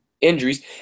injuries